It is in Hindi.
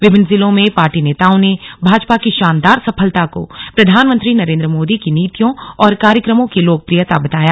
विभिन्न जिलों में पार्टी नेताओं ने भाजपा की शानदार सफलता को प्रधानमंत्री नरेंद्र मोदी की नीतियों और कार्यक्रमों की लोकप्रियता बताया